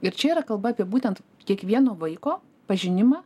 ir čia yra kalba apie būtent kiekvieno vaiko pažinimą